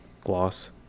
gloss